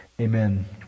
amen